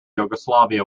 yugoslavia